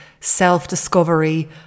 self-discovery